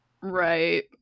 Right